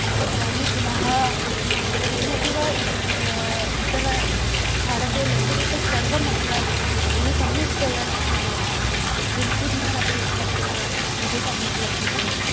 अहं वदामि पुनः यत्किमपि वा उत्तर भारते लभ्यते तत्सर्वम् अत्र बहु सम्यक्तया लभ्यते चुर्चुर्नानपि अत्र बहु सम्यक् लभ्यते